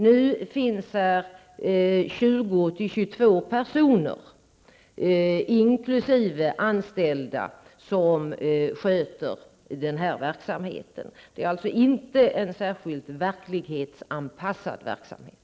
Nu är det 20 à 22 personer, inkl. de anställda, som sköter den här verksamheten. Det är alltså inte fråga om någon särskilt verklighetsanpassad verksamhet.